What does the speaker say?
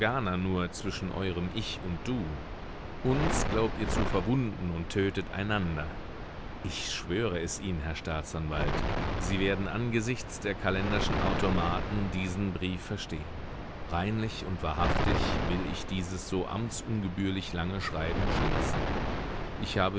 nur zwischen eurem ich und du uns glaubt ihr zu verwunden und tötet einander ich schwöre es ihnen herr staatsanwalt sie werden angesichts der kalenderschen automaten diesen brief verstehen reinlich und wahrhaftig will ich dieses so amtsungebührlich lange schreiben schließen ich habe